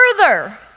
Further